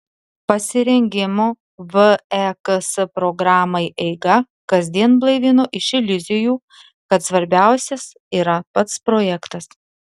pasirengimo veks programai eiga kasdien blaivino iš iliuzijų kad svarbiausias yra pats projektas